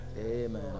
Amen